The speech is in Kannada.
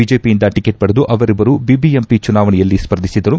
ಬಿಜೆಪಿಯಿಂದ ಟಿಕೆಟ್ ಪಡೆದು ಅವರಿಬ್ಬರು ಬಿಬಿಎಂಪಿ ಚುನಾವಣೆಯಲ್ಲಿ ಸ್ಪರ್ಧಿಸಿದ್ದರು